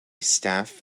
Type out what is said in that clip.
staff